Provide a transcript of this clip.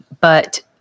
But-